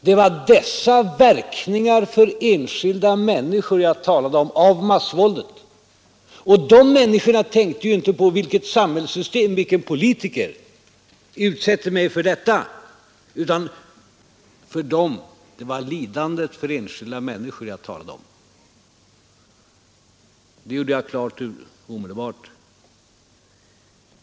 Det var dessa verkningar av massvåldet för enskilda människor som jag talade om. Dessa människor tänkte inte på vilket samhällssystem eller vilken politiker som utsatte dem för detta. Det var de enskilda människornas lidande jag talade om. Detta klargjorde jag omedelbart.